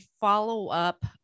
follow-up